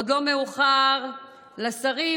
עוד לא מאוחר לשרים,